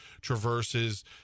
Traverses